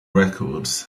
records